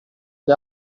gli